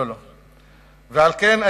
על כן,